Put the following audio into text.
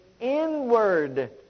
inward